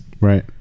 Right